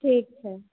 ठीक छै